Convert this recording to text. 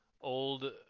old